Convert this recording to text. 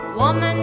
woman